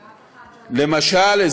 למשל,